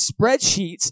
spreadsheets